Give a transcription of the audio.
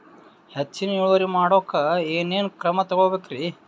ಹೆಚ್ಚಿನ್ ಇಳುವರಿ ಮಾಡೋಕ್ ಏನ್ ಏನ್ ಕ್ರಮ ತೇಗೋಬೇಕ್ರಿ?